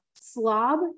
slob